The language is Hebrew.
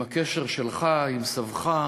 עם הקשר שלך עם סבך,